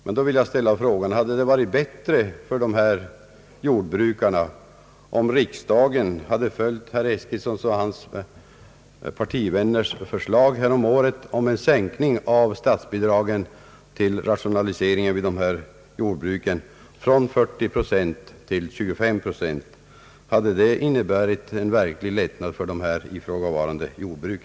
Men då vill jag ställa frågan: Hade det varit bättre för dessa jordbrukare om riksdagen hade följt herr Eskilssons och hans partivänners förslag härom året om en sänkning av statsbidragen till rationaliseringar vid dessa jordbruk från 40 procent till 25 procent? Hade det inneburit en verklig lättnad för här ifrågavarande jordbruk?